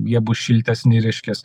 jie bus šiltesni reiškias